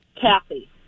Kathy